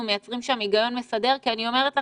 מייצרים שם היגיון מסדר כי אני אומרת לכם,